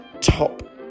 top